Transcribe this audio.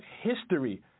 history